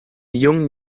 jungen